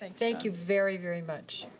and thank you very, very much.